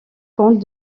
compte